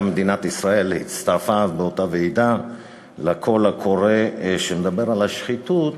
וגם מדינת ישראל הצטרפה באותה ועידה לקול הקורא שמדבר על השחיתות,